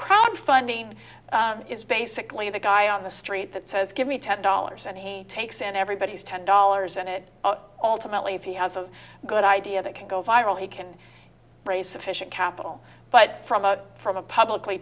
crowdfunding is basically the guy on the street that says give me ten dollars any takes and everybody's ten dollars and it all to motley if he has a good idea that can go viral he can raise sufficient capital but from a from a publicly